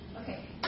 Okay